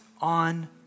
on